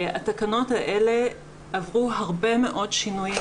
התקנות האלה עברו הרבה מאוד שינויים,